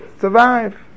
survive